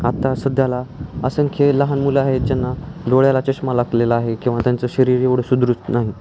आत्ता सध्याला असंख्य लहान मुलं आहेत ज्यांना डोळ्याला चषमा लागलेला आहे किंवा त्यांचं शरीर एवढं सुदृढ नाही